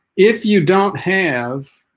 if you don't have